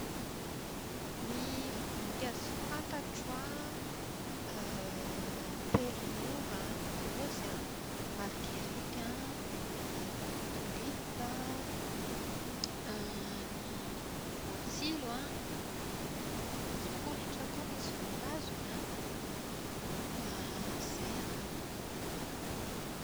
Ny vonikazo fantatro an, telomiova, raozy an, margerity an, tolipa, ny voan-tsilo, ny tsipolitra koa misy voankazony an. Izay angamba.